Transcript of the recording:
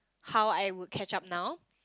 how I would catch up now